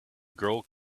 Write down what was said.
girl